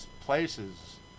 places